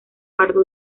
pardo